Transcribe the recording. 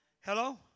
Hello